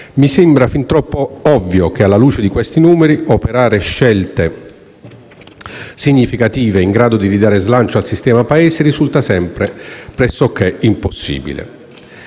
Mi sembra fin troppo ovvio che, alla luce di questi numeri, operare scelte significative, in grado di ridare slancio al sistema Paese, risulta impresa pressoché impossibile,